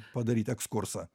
padaryti ekskursą